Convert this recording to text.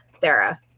Sarah